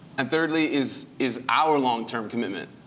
and thirdly, is is our long term commitment.